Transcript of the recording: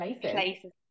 places